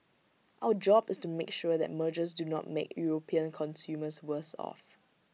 our job is to make sure that mergers do not make european consumers worse off